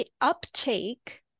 uptake